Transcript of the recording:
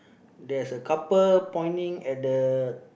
there's a couple poniting at the